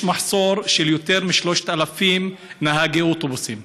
יש מחסור של יותר מ-3,000 נהגי אוטובוסים,